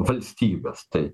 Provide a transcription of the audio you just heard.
valstybės taip